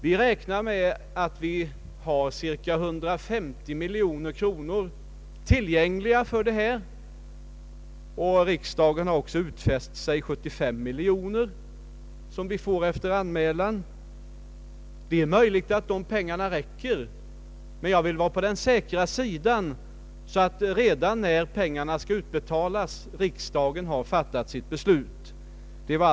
Vi räknar med att ha cirka 150 miljoner kronor tillgängliga för detta ändamål, och riksdagen har dessutom utfäst sig att utbetala 75 miljoner kronor efter anmälan. Det är möjligt att dessa belopp räcker, men jag vill vara på den säkra sidan att riksdagen har fattat sitt beslut redan när pengarna skall utbetalas.